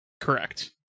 Correct